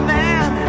man